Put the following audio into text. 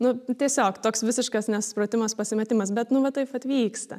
nu nu tiesiog toks visiškas nesusipratimas pasimetimas bet nu va taip pat vyksta